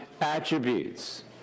attributes